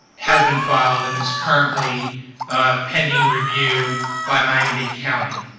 has been filed and is currently pending review by miami-dade county.